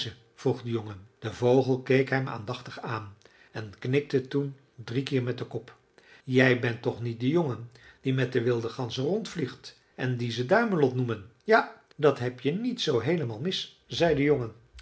vroeg de jongen de vogel keek hem aandachtig aan en knikte toen drie keer met den kop jij bent toch niet de jongen die met de wilde ganzen rondvliegt en dien ze duimelot noemen ja dat heb je niet zoo heelemaal mis zei de jongen